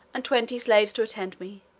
and twenty slaves to attend me.